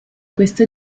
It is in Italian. questo